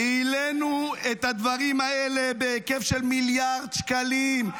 העלינו את הדברים האלה בהיקף של מיליארד שקלים.